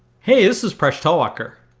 hey this is presh talwalkar.